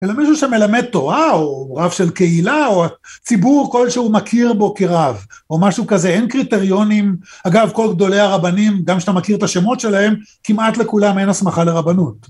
אלא מישהו שמלמד תורה, או רב של קהילה, או ציבור כלשהו מכיר בו כרב, או משהו כזה, אין קריטריונים... אגב, כל גדולי הרבנים, גם שאתה מכיר את השמות שלהם, כמעט לכולם אין הסמכה לרבנות.